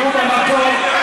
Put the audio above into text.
שבו במקום.